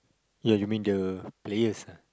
ya you mean the players ah